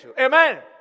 Amen